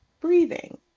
breathing